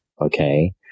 okay